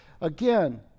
Again